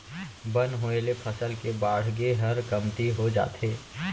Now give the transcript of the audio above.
बन होय ले फसल के बाड़गे हर कमती हो जाथे